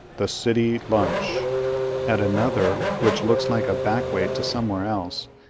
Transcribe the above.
the city lunch at another, which looks like a backway to somewhere else,